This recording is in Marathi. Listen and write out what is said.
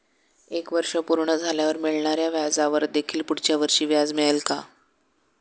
एक वर्ष पूर्ण झाल्यावर मिळणाऱ्या व्याजावर देखील पुढच्या वर्षी व्याज मिळेल का?